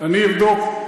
אני אבדוק.